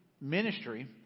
ministry